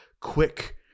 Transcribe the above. quick